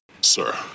Sir